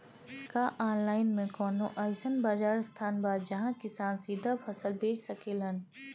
का आनलाइन मे कौनो अइसन बाजार स्थान बा जहाँ किसान सीधा फसल बेच सकेलन?